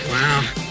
Wow